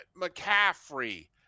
McCaffrey